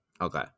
Okay